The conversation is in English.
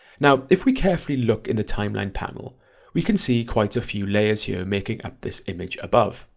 now if we carefully look in the timeline panel we can see quite a few layers here making up this image above.